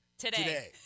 Today